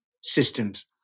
systems